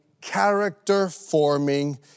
character-forming